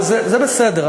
וזה בסדר.